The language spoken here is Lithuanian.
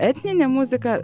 etninė muzika